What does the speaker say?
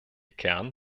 kern